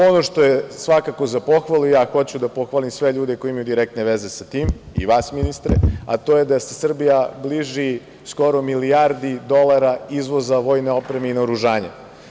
Ono što je svakako za pohvalu i hoću da pohvalim sve ljude koji imaju direktne veze sa tim i vas ministre, a to je da se Srbija bliži skoro milijardi dolara izvoza vojne opreme i naoružanja.